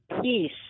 peace